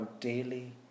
daily